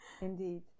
indeed